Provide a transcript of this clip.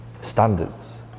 standards